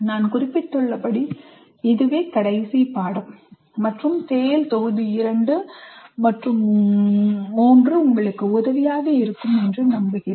நான் குறிப்பிட்டுள்ளபடி இதுவே கடைசி பாடம் மற்றும் TALE தொகுதி 2 மற்றும் 3 உங்களுக்கு உதவியாக இருக்கும் என்று நம்புகிறேன்